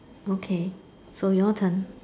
okay so your turn